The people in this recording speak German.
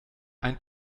ein